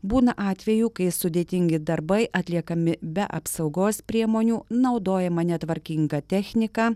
būna atvejų kai sudėtingi darbai atliekami be apsaugos priemonių naudojama netvarkinga technika